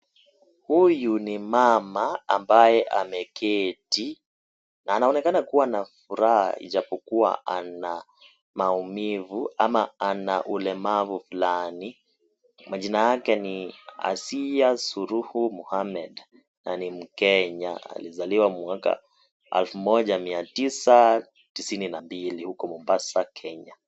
Huyu ni mama ambaye ameketi na anaonekana kuwa na furaha japokuwa ana maumivu ama ana ulemavu fulani , majina yake ni (cs)Asiy Suruhu Mohammed(cs)na alizaliwa Kenya , alizaliwa mwaka elfu mojaa mia tisa tisini na mbili huko Mombasa Kenya.